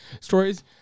stories